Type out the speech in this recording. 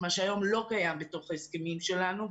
מה שהיום לא קיים בתוך ההסכמים שלנו,